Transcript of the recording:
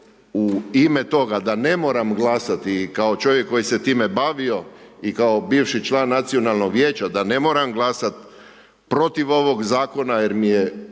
u ime toga da ne moram glasati kao čovjek koji se time bavio i kao bivši član nacionalnog vijeća, da ne moram glasat protiv ovog zakona jer mi je